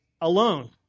alone